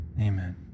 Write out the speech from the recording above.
Amen